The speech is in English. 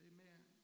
Amen